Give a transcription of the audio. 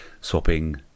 swapping